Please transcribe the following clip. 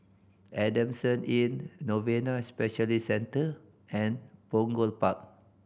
Adamson Inn Novena Specialist Centre and Punggol Park